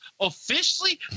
officially